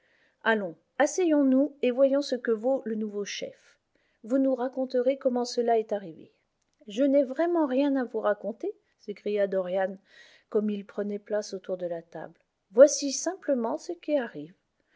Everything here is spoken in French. allons asseyons-nous et voyons ce que vaut le nouveau chef vous nous raconterez comment cela est arrivé je n'ai vraiment rien à vous raconter s'écria dorian comme ils prenaient place autour de la table voici simplement ce qui arrive